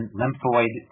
lymphoid